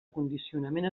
condicionament